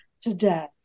today